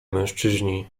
mężczyźni